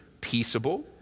peaceable